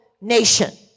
nation